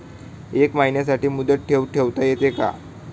एका महिन्यासाठी मुदत ठेव ठेवता येते का?